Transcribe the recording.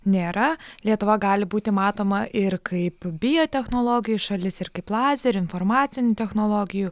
nėra lietuva gali būti matoma ir kaip biotechnologijų šalis ir kaip lazerių informacinių technologijų